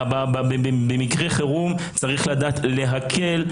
במקרה חירום צריך לדעת להקל.